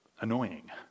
Annoying